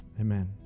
Amen